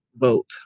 vote